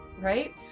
right